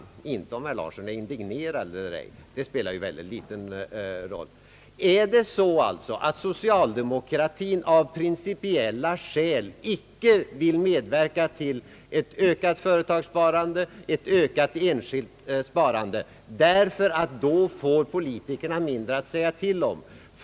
Om herr Larsson är indignerad eller ej spelar väldigt liten roll, men jag frågar: Är det av principiella skäl som socialdemokratin icke vill medverka till ett ökat företagssparande, ett ökat enskilt sparande, därför att politikerna då får mindre att säga till om?